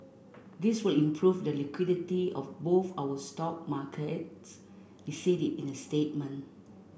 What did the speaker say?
this will improve the liquidity of both our stock markets he said in a statement